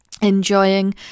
enjoying